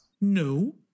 No